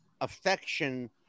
affection